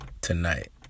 tonight